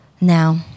Now